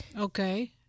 okay